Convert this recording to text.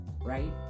right